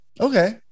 Okay